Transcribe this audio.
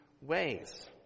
ways